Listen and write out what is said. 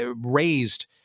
raised